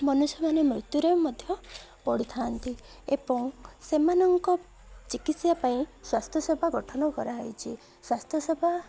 ମନୁଷ୍ୟମାନେ ମୃତ୍ୟୁରେ ମଧ୍ୟ ପଢ଼ିଥାନ୍ତି ଏବଂ ସେମାନଙ୍କ ଚିକିତ୍ସା ପାଇଁ ସ୍ୱାସ୍ଥ୍ୟ ସେବା ଗଠନ କରାହେଇଛି ସ୍ୱାସ୍ଥ୍ୟ ସେବା